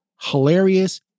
hilarious